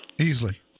Easily